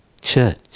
church